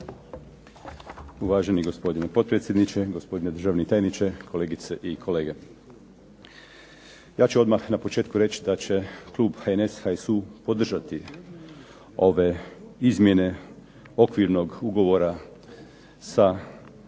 Uvaženi gospodine potpredsjedniče, gospodine državni tajniče, kolegice i kolege. Ja ću odmah na početku reći da će klub HNS-HSU podržati ove izmjene okvirnog ugovora sa